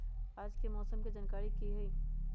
आज के मौसम के जानकारी कि हई?